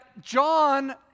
John